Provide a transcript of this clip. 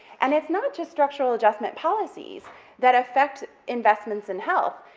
and it's not just structural adjustment policies that affect investments in health,